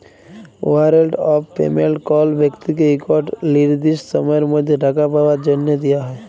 warrant of payment কল ব্যক্তিকে ইকট লিরদিসট সময়ের মধ্যে টাকা পাউয়ার জ্যনহে দিয়া হ্যয়